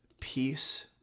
peace